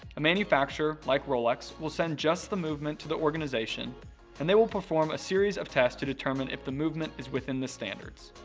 a manufacturer, like rolex will send just the movement to the organization and they will perform a series of tests to determine if the movement is within the standards.